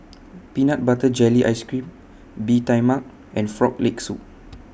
Peanut Butter Jelly Ice Cream Bee Tai Mak and Frog Leg Soup